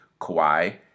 Kawhi